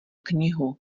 knihu